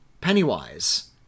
Pennywise